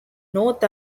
north